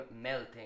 melting